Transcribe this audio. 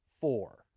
four